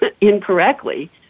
incorrectly